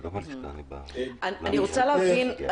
אני רוצה להבין,